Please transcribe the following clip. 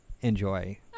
enjoy